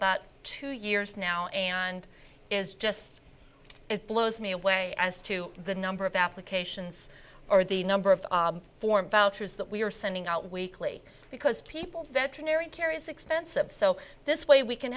about two years now and is just it blows me away as to the number of applications or the number of foreign vouchers that we are sending out weekly because people veterinary care is expensive so this way we can